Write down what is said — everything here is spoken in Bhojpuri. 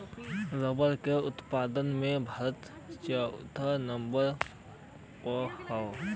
रबड़ के उत्पादन में भारत चउथा नंबर पे हउवे